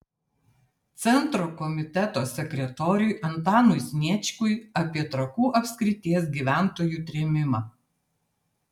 centro komiteto sekretoriui antanui sniečkui apie trakų apskrities gyventojų trėmimą